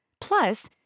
Plus